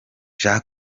jean